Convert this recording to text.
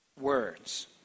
words